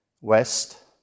west